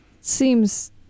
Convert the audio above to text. seems